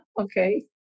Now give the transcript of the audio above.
Okay